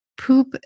Poop